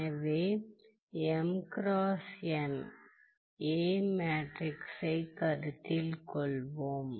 எனவே A மேட்ரிக்ஸைக் கருத்தில் கொள்வோம்